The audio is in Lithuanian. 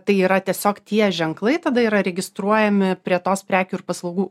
tai yra tiesiog tie ženklai tada yra registruojami prie tos prekių ir paslaugų